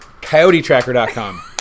coyotetracker.com